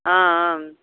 ஆ ஆ